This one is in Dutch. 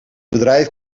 bedrijf